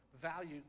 value